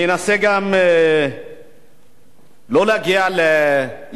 לא להגיע להתרגשות יתר על המידה כאן היום,